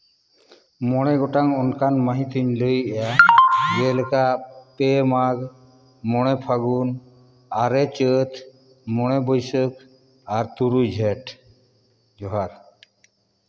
ᱢᱚᱬᱮ ᱜᱚᱴᱟᱝ ᱚᱱᱠᱟᱱ ᱢᱟᱹᱦᱤᱛ ᱤᱧ ᱞᱟᱹᱭᱮᱜᱼᱟ ᱡᱮᱞᱮᱠᱟ ᱯᱮ ᱢᱟᱜᱽ ᱢᱚᱬᱮ ᱯᱷᱟᱹᱜᱩᱱ ᱟᱨᱮ ᱪᱟᱹᱛ ᱢᱚᱬᱮ ᱵᱟᱹᱥᱟᱹᱠᱷ ᱟᱨ ᱛᱩᱨᱩᱭ ᱡᱷᱮᱸᱴ ᱡᱚᱦᱟᱨ